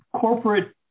corporate